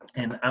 and